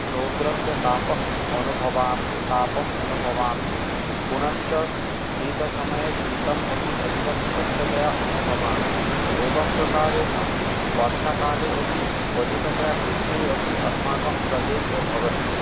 रौद्रस्य तापः अनुभवा तापं अनुभवामि पुनश्च शीतसमये शीतम् अपि अधिकम् अधिकतया अनुभवामि एवं प्रकारेण वर्षाकाले अपि अधिकतया वृष्टि अपि अस्माकं प्रदेशे भवति